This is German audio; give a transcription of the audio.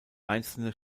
einzelne